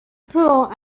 pool